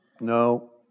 no